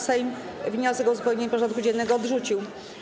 Sejm wniosek o uzupełnienie porządku dziennego odrzucił.